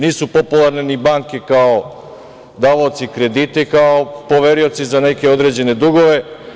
Nisu popularne ni banke kao davaoci kredita i kao poverioci za neke određene dugove.